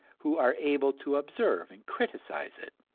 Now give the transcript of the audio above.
who are able to observe and criticize it,